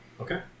Okay